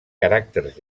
caràcters